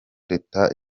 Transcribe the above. d’etat